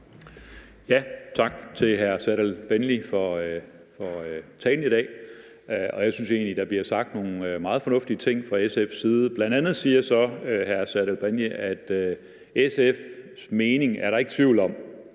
Tak til hr. Serdal Benli for talen i dag. Jeg synes egentlig, der bliver sagt nogle meget fornuftige ting fra SF's side. Bl.a. siger hr. Serdal Benli så, at SF's mening er der ikke tvivl om: